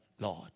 Lord